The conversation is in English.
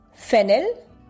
fennel